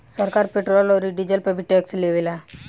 सरकार पेट्रोल औरी डीजल पर भी टैक्स ले लेवेला